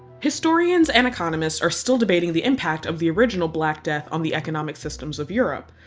historians and economists are still debating the impact of the original black death on the economic systems of europe.